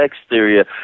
exterior